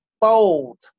bold